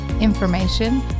information